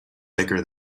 thicker